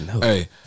hey